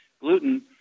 gluten